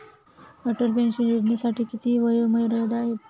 Atal pension योजनेसाठी किती वयोमर्यादा आहे?